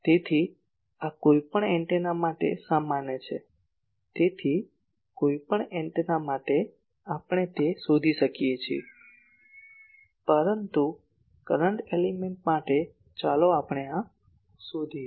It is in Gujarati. તેથી આ કોઈપણ એન્ટેના માટે સામાન્ય છે તેથી કોઈપણ એન્ટેના માટે આપણે તે શોધી શકીએ પરંતુ કરંટ એલિમેન્ટ માટે ચાલો આપણે આ શોધીએ